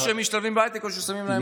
או שהם משתלבים בהייטק או ששמים להם רגליים.